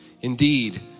Indeed